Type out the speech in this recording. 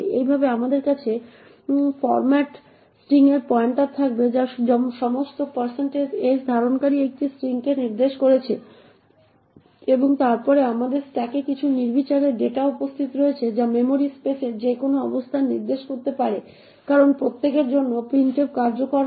এইভাবে আমাদের কাছে ফরম্যাট স্ট্রিং এর পয়েন্টার থাকবে যা সমস্ত s ধারণকারী একটি স্ট্রিংকে নির্দেশ করছে এবং তারপরে আমাদের স্ট্যাকে কিছু নির্বিচারে ডেটা উপস্থিত রয়েছে যা মেমরি স্পেসের যে কোনও অবস্থান নির্দেশ করতে পারে কারণ প্রত্যেকের জন্য printf কার্যকর হয়